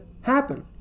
happen